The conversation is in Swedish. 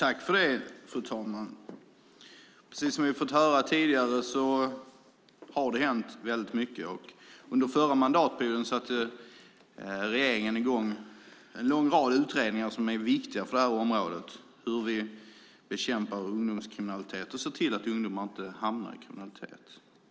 Fru talman! Precis som vi har fått höra tidigare har det hänt mycket. Under förra mandatperioden satte regeringen i gång en lång rad viktiga utredningar på området. De gäller hur vi bekämpar ungdomskriminalitet och ser till att ungdomar inte hamnar i kriminalitet.